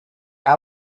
out